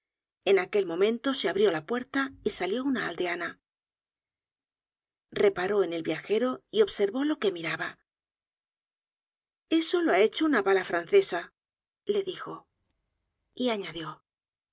en aquel momento se abrió la puerta y salió una aldeana reparó en el viajero y observó lo que miraba eso lo ha hecho una bala francesa le dijo